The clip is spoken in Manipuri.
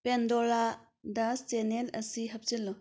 ꯄꯦꯟꯗꯣꯔꯥꯗ ꯆꯦꯅꯦꯜ ꯑꯁꯤ ꯍꯥꯞꯆꯤꯜꯂꯨ